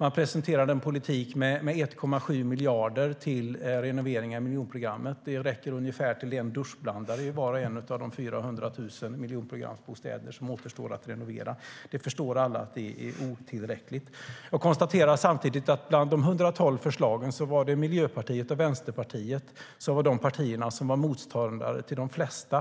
Man presenterar en politik med 1,7 miljarder till renovering av miljonprogrammet. Det räcker ungefär till en duschblandare i var och en av de 400 000 miljonprogramsbostäder som återstår att renovera. Det förstår alla att det är otillräckligt. Jag konstaterar att Miljöpartiet och Vänsterpartiet var motståndare till de flesta